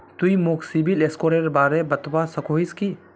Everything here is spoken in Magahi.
तुई मोक सिबिल स्कोरेर बारे बतवा सकोहिस कि?